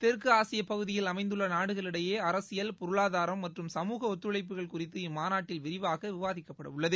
தெற்குஆசியப்பகுதியில் அமைந்துள்ளநாடுகளிடையேஅரசியல் பொருளாதாரம் மற்றும் சமூக ஒத்துழைப்புகள் குறித்து இம்மாநாட்டில் விரிவாகவிவாதிக்கப்படவுள்ளது